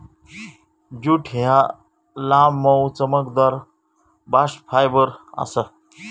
jute ह्या लांब, मऊ, चमकदार बास्ट फायबर आसा